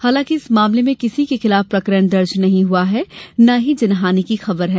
हलांकि इस मामले में किसी के खिलाफ प्रकरण दर्ज नही हुआ है न ही जनहानि की खबर है